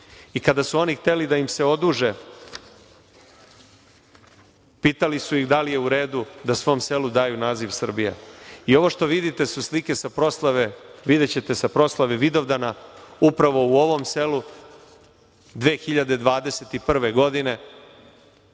i kada su oni hteli da im se oduže pitali su ih da li je u redu da svom selu daju naziv Srbija. Ovo što vidite su slike sa proslave, videćete, sa proslave Vidovdana upravo u ovom selu 2021. godine,